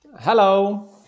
Hello